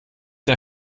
der